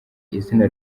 izina